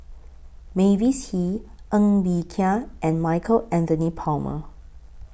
Mavis Hee Ng Bee Kia and Michael Anthony Palmer